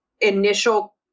initial